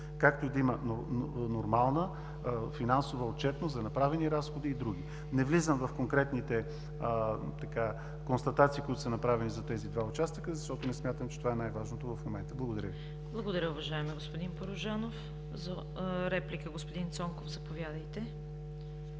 както и да има нормална финансова отчетност за направени разходи и други. Не влизам в конкретните констатации, които са направени за тези два участъка, защото не смятам, че това е най-важното в момента. Благодаря Ви. ПРЕДСЕДАТЕЛ ЦВЕТА КАРАЯНЧЕВА: Благодаря, уважаема господин Порожанов. За реплика – господин Цонков, заповядайте.